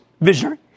visionary